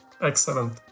Excellent